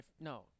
No